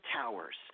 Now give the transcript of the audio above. towers